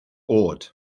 oed